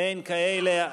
אין כאלה.